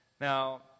Now